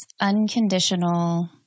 unconditional